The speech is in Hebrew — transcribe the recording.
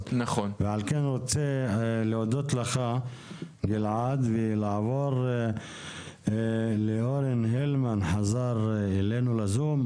ועל כן אני רוצה להודות לגלעד ולעבור לאורן הלמן שחזר אלינו לזום.